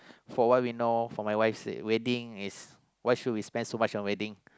for a while we know for my wife said wedding is why should we spend so much on wedding